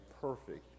perfect